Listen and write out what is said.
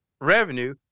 revenue